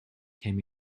came